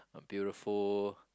a beautiful